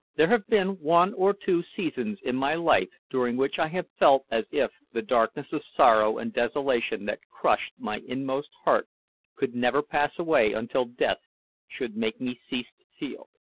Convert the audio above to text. there have been one or two seasons in my life during which i have felt as if the darkness of sorrow and desolation that crushed my inmost heart could never pass away until death should make me cease to feel.